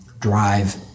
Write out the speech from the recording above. drive